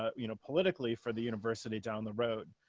ah you know, politically for the university down the road.